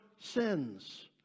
sins